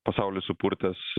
pasaulį supurtęs